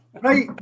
Right